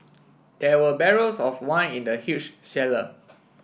there were barrels of wine in the huge cellar